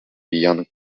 beyond